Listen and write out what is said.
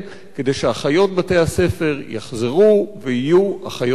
כדי שאחיות בתי-הספר יחזרו ויהיו אחיות בתי-הספר?